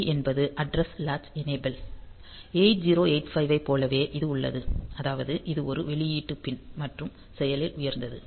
ALE என்பது address latch enable 8085 ஐப் போலவே இது உள்ளது அதாவது இது ஒரு வெளியீட்டு பின் மற்றும் செயலில் உயர்ந்தது